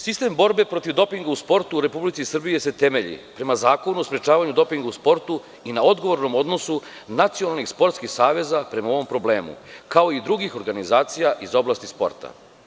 Sistem borbe protiv dopinga u sportu u Republici Srbiji se temelji prema Zakonu o sprečavanju u dopingu u sportu i na odgovornom odnosu nacionalnih sportskih saveza prema ovom problemu, kao i drugih organizacija iz oblasti sporta.